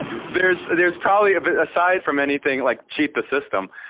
there's there's probably, but aside from anything like cheat the system,